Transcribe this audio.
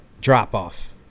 drop-off